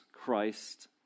Christ